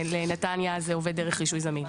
ולנתניה זה עובד דרך רישוי זמין.